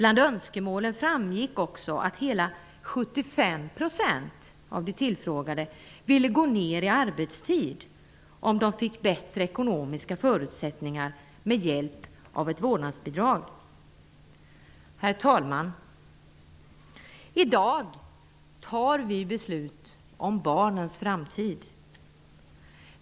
Av önskemålen framgick också att hela 75 % av de tillfrågade ville gå ner i arbetstid, om de fick bättre ekonomiska förutsättningar med hjälp av ett vårdnadsbidrag. Herr talman! I dag fattar vi beslut om barnens framtid.